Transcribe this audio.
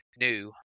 new